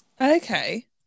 Okay